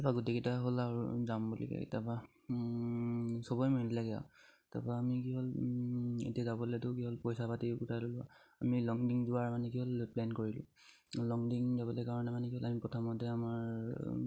তাৰপা গোটেইকেইটা হ'ল আৰু যাম বুলি কয় তাৰপা চবেই মিলিলেগে আৰু তাপা আমি কি হ'ল এতিয়া যাবলেতো কি হ'ল পইচা পাতি গোটাই লোৱা আমি লং ডিং যোৱাৰ মানে কি হ'ল প্লেন কৰিলোঁ লং ডিং যাবলে কাৰণে মানে কি হ'ল আমি প্ৰথমতে আমাৰ